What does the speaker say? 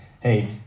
hey